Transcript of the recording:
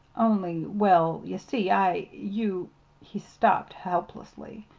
only well, ye see, i you he stopped helplessly.